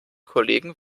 kollegen